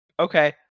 Okay